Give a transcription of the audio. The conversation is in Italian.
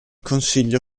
consiglio